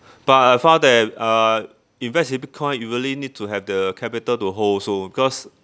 but I found that uh invest in bitcoin you really need to have the capital to hold also cause